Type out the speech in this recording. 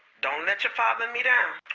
don't let your father and me down.